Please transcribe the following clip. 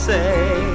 say